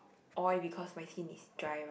oil because my skin is dry right